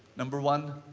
number one,